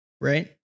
right